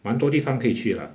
蛮多地方可以去 lah